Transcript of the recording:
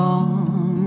on